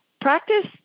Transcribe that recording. practice